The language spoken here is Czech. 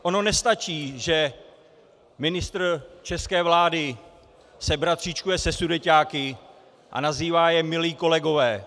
Ono nestačí, že ministr české vlády se bratříčkuje se sudeťáky a nazývá je milí kolegové.